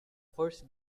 first